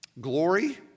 glory